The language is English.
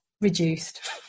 reduced